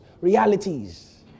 realities